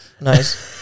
nice